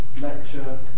lecture